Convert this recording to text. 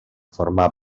formar